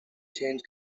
change